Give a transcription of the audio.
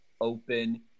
open